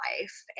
life